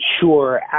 sure